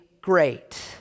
great